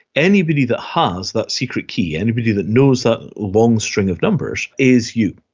anybody that has that secret key, anybody that knows that long string of numbers is you,